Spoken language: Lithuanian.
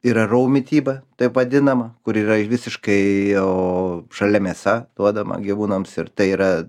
yra rou mityba taip vadinama kur yra visiškai o žalia mėsa duodama gyvūnams ir tai yra